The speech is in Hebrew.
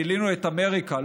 גילינו את אמריקה.